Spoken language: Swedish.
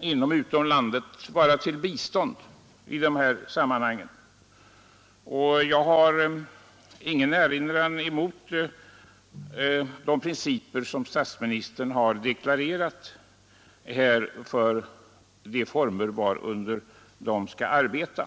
inom och utom landet vara till bistånd i dessa sammanhang, och jag har ingen erinran mot de principer som statsministern har deklarerat här för de former varunder vår utlandsrepresentation skall arbeta.